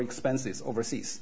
expenses overseas